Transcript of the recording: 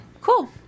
Cool